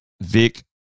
Vic